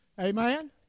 Amen